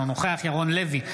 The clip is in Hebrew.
אינו נוכח ירון לוי,